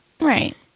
Right